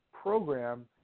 program